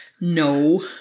No